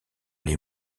les